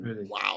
wow